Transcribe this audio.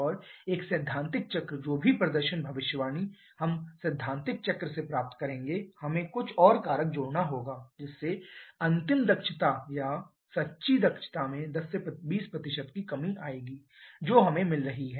और एक सैद्धांतिक चक्र जो भी प्रदर्शन भविष्यवाणी हम सैद्धांतिक चक्र से प्राप्त करेंगे हमें कुछ और कारक जोड़ना होगा जिससे अंतिम दक्षता या सच्ची दक्षता में 10 से 20 की कमी आएगी जो हमें मिल रही है